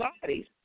bodies